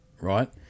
right